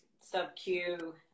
sub-Q